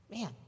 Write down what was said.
Man